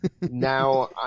now